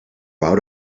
out